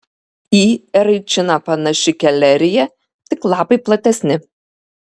į eraičiną panaši kelerija tik lapai platesni